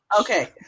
Okay